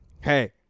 hey